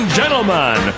gentlemen